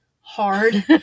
hard